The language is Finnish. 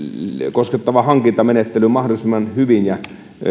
koskettava hankintamenettely mahdollisimman hyvin ja